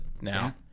now